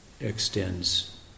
extends